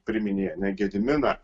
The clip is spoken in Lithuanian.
priminei ar ne gediminą